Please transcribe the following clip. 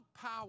power